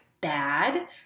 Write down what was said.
bad